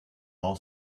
all